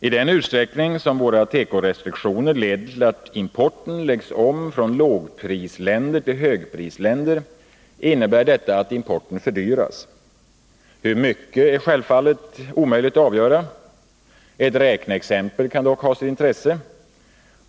I den utsträckning som våra tekorestriktioner leder till att importen läggs om från lågprisländer till högprisländer innebär detta att importen fördyras. Hur mycket är självfallet omöjligt att avgöra. Ett räkneexempel kan dock ha sitt intresse.